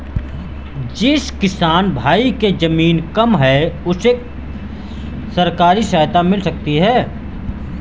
जिस किसान भाई के ज़मीन कम है क्या उसे सरकारी सहायता मिल सकती है?